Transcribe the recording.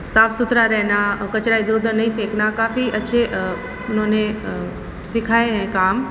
साफ़ सुथरा रहना कचरा इधर उधर नहीं फेंकना काफ़ी अच्छे उन्होंने सिखाएं हैं काम